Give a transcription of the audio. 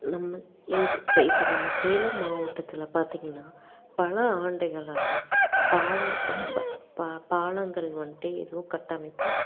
நம்ம இங்கே இப்போ இப்போ நம்ம சேலம் மாவட்டத்தில் பார்த்தீங்கன்னா பல ஆண்டுகளாக பாலம் பாலங்கள் வந்துட்டு எதுவும் கட்டமைப்பு